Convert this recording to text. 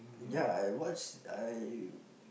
ya I watch I